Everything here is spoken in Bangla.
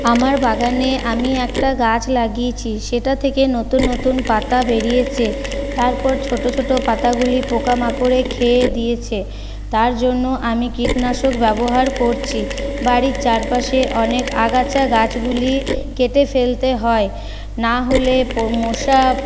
আমার বাগানে আমি একটা গাছ লাগিয়েছি সেটার থেকে নতুন নতুন পাতা বেরিয়েছে তারপর ছোটো ছোটো পাতাগুলি পোকামাকড়ে খেয়ে দিয়েছে তার জন্য আমি কিটনাশক ব্যবহার করছি বাড়ির চারপাশে অনেক আগাছা গাছগুলি কেটে ফেলতে হয় না হলে ম মশা